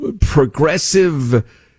progressive